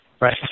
right